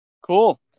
Cool